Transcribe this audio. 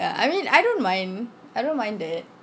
ya I mean I don't mind I don't mind that